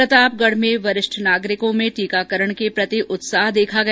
प्रतापगढ़ में वरिष्ठ नागरिकों में टीकाकरण के प्रति उत्साह देखा गया